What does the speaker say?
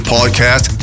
Podcast